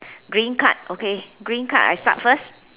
green card okay green card I start first